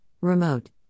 Remote